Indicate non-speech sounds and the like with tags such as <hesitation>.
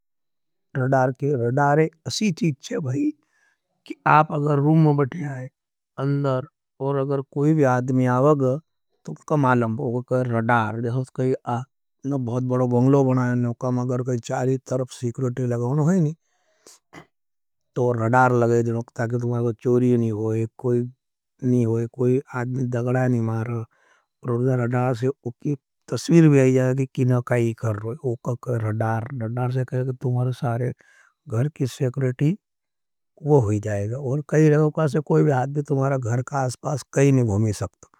रडार के रडारे असी चीज़ है भाई, कि आप अगर रूम में बठे आए, अंदर और अगर कोई भी आदमी आवग। तो तुमका मालंब हो, कोई कोई रडार, <hesitation> जैसे कोई बहुत बड़ो बंगलो बनाये ने, <noise> उकाम अगर कोई चारी तरप सीकरेटे लगाओन है नी। तो रडार लगे जा नो, क्ता के तुम्हया कोई चोरी नी हो ये, कोई नी हो यह, कोई आद्मी दगडाई नी मारा। रूम्भार रडार से उका तस्वीर भी आये जागा।